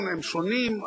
שני הדברים